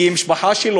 כי היא גם משפחה שלו.